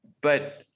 But-